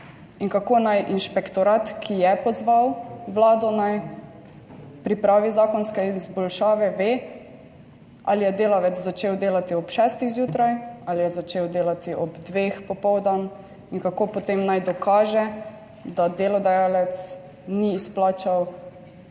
In kako naj inšpektorat, ki je pozval vlado, naj pripravi zakonske izboljšave, ve, ali je delavec začel delati ob šestih zjutraj ali je začel delati ob dveh popoldan? In kako potem naj dokaže, da delodajalec ni izplačal